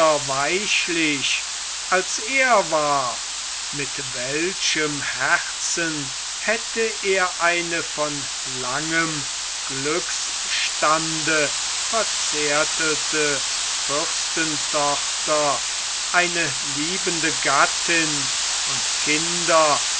weichlich als er war mit welchem herzen hätte er eine von langem glücksstande verzärtelte fürstentochter eine liebende gattin und kinder